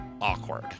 Awkward